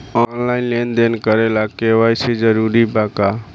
Online लेन देन करे ला के.वाइ.सी जरूरी बा का?